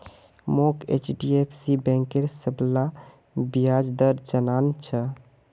मोक एचडीएफसी बैंकेर सबला ब्याज दर जानना छ